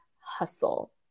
hustle